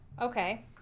Okay